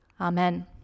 Amen